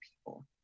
people